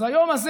אז היום הזה